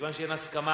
מכיוון שאין הסכמה,